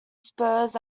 spurs